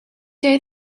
day